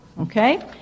Okay